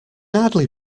hardly